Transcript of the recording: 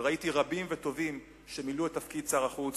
ראיתי רבים וטובים שמילאו את תפקיד שר החוץ.